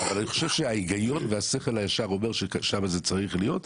אני חושב שההיגיון והשכל הישר אומרים ששם זה צריך להיות.